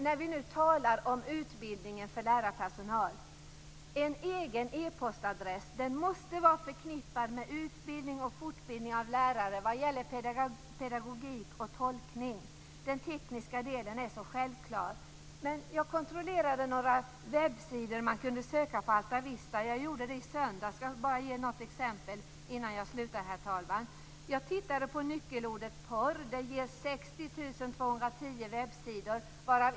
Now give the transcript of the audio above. När vi nu talar om utbildningen för lärarpersonal vill jag säga att en egen e-postadress måste vara förknippad med utbildning och fortbildning av lärare vad gäller pedagogik och tolkning. Den tekniska delen är så självklar. Jag kontrollerade några webbsidor som man kunde söka på Altavista. Jag gjorde det i söndags. Jag skall bara ge något exempel innan jag slutar, herr talman. Jag tittade på nyckelordet porr. Det ger finns på svenska.